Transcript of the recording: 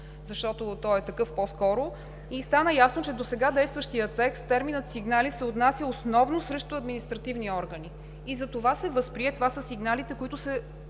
защото той е такъв по-скоро. Стана ясно, че в досега действащия текст терминът „сигнали“ се отнася основно срещу административни органи. Затова се възприе това със сигналите, които се